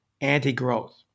anti-growth